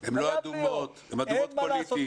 הן לא אדומות, הן אדומות פוליטית.